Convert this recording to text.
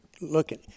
looking